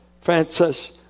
Francis